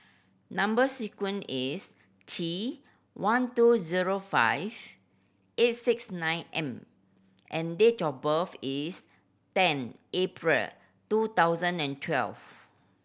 number sequence is T one two zero five eight six nine M and date of birth is ten April two thousand and twelve